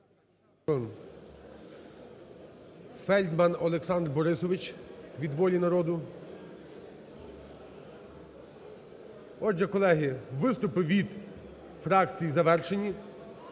виступи від фракцій завершені.